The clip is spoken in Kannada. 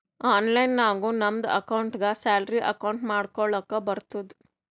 ಆನ್ಲೈನ್ ನಾಗು ನಮ್ದು ಅಕೌಂಟ್ಗ ಸ್ಯಾಲರಿ ಅಕೌಂಟ್ ಮಾಡ್ಕೊಳಕ್ ಬರ್ತುದ್